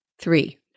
Three